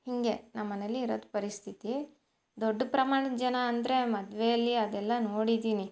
ಹೀಗೆ ನಮ್ಮ ಮನೆಯಲ್ಲಿ ಇರೋದ್ ಪರಿಸ್ಥಿತಿ ದೊಡ್ಡ ಪ್ರಮಾಣದ ಜನ ಅಂದರೆ ಮದುವೆಯಲ್ಲಿ ಅದೆಲ್ಲ ನೋಡಿದ್ದೀನಿ